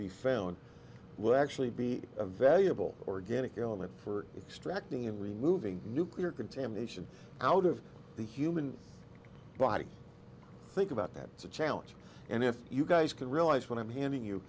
be found will actually be a valuable organic element for extracting and removing nuclear contamination out of the human body think about that it's a challenge and if you guys can realize when i'm handing you